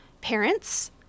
parents